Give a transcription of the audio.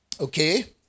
Okay